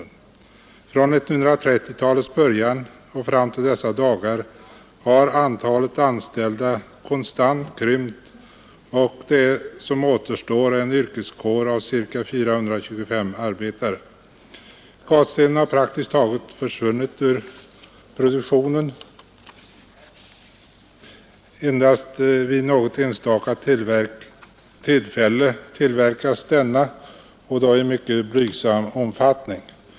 Från 1930-talets början och fram till dessa dagar har antalet anställda konstant krympt, och det som återstår är en yrkeskår av ca 425 arbetare. Gatstenen har praktiskt taget försvunnit ur produktionen — endast vid något enstaka tillfälle tillverkas denna och då i mycket blygsam omfattning.